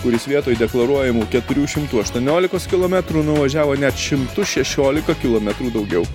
kuris vietoj deklaruojamų keturių šimtų aštuoniolikos kilometrų nuvažiavo net šimtus šešiolika kilometrų daugiau